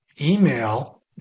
Email